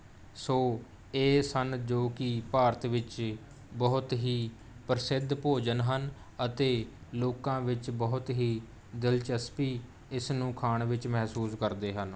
ਸੋ ਇਹ ਸਨ ਜੋ ਕਿ ਭਾਰਤ ਵਿੱਚ ਬਹੁਤ ਹੀ ਪ੍ਰਸਿੱਧ ਭੋਜਨ ਹਨ ਅਤੇ ਲੋਕਾਂ ਵਿੱਚ ਬਹੁਤ ਹੀ ਦਿਲਚਸਪੀ ਇਸਨੂੰ ਖਾਣ ਵਿੱਚ ਮਹਿਸੂਸ ਕਰਦੇ ਹਨ